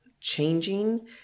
changing